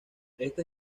esta